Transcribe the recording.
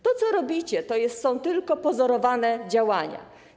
To, co robicie, to są tylko pozorowane działania.